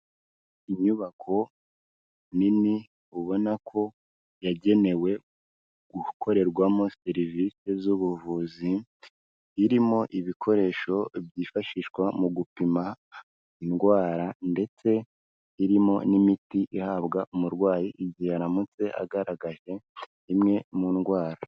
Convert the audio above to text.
Inyubako nini ubona ko yagenewe gukorerwamo serivisi z'ubuvuzi, irimo ibikoresho byifashishwa mu gupima indwara ndetse irimo n'imiti ihabwa umurwayi igihe aramutse agaragaje imwe mu ndwara.